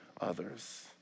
others